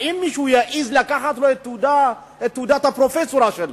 האם מישהו יעז לקחת לו את תעודת הפרופסורה שלו?